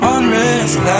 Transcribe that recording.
Unrest